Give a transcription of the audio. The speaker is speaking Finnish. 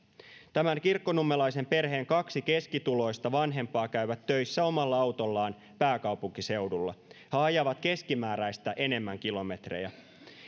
tämän kirkkonummelaisen perheen kaksi keskituloista vanhempaa käyvät töissä omalla autollaan pääkaupunkiseudulla he ajavat keskimääräistä enemmän kilometrejä